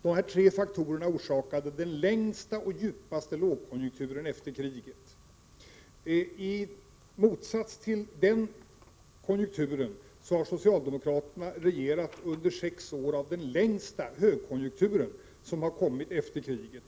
De här tre faktorerna orsakade den längsta och djupaste lågkonjunkturen efter kriget. I motsats till den konjunkturen har socialdemokraterna regerat under sex år av den längsta högkonjunktur som har förekommit efter kriget.